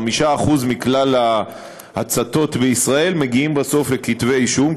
5% מכלל ההצתות בישראל מגיעות בסוף לכתבי אישום.